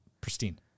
Pristine